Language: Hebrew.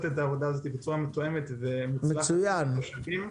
את העבודה הזאת בצורה מתואמת ומוצלחת לטובת התושבים.